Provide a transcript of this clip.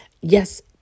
Yes